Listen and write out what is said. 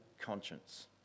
conscience